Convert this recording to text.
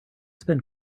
spend